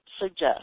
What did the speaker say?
suggest